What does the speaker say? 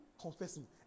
confessing